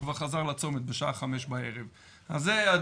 כבר חזר לצומת בשעה חמש בערב.